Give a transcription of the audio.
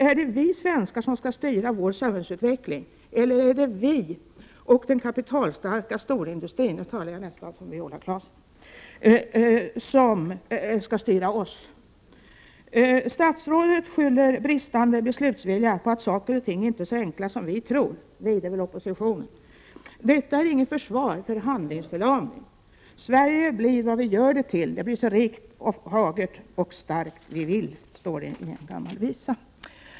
Är det vi svenskar som skall styra vår samhällsutveckling eller är det vi och den kapitalstarka storindustrin — nu talar jag nästan samma språk som Viola Claesson — som skall styra? Statsrådet skyller den bristande beslutsviljan på att saker och ting inte är så enkla som vi tror — jag förmodar att ”vi” är det samma som oppositionen. Detta är inte något försvar för handlingsförlamningen. Sverige blir vad vi gör det till. Det blir så rikt, fagert och starkt vi vill, står det i en gammal visa.